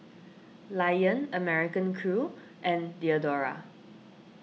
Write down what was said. Lion American Crew and Diadora